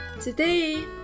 Today